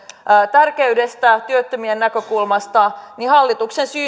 tärkeydestä työttömien näkökulmasta hallituksen